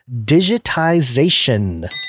digitization